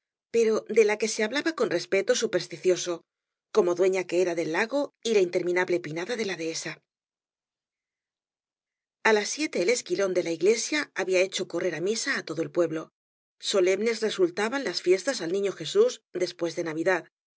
pero de la que se hablaba con respeto supersticioso como dueña que era del lago y la interminable pinada de la dehesa a las siete el esquilón de la iglesia había he cho correr á misa á todo el pueblo solemnes resultaban las fiestas al niño jegús después de navidad